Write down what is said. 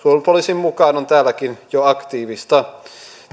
poliisin mukaan on täälläkin jo aktiivista